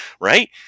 Right